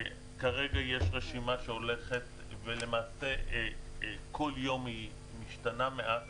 כרגע יש רשימה שהולכת ולמעשה כל יום היא משתנה מעט.